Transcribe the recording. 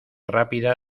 rápida